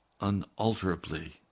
unalterably